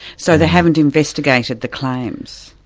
so they haven't investigated the claims?